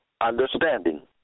understanding